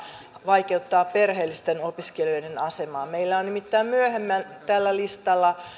vaikeuttaa perheellisten opiskelijoiden asemaa meillä on nimittäin myöhemmin tällä listalla